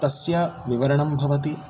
तस्य विवरणं भवति